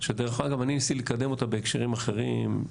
שדרך אגב אני ניסיתי לקדם אותה בהקשרים אחרים,